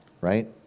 Right